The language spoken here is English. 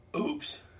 Oops